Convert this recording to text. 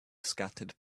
scattered